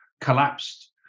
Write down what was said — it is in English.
collapsed